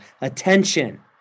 attention